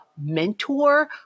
mentor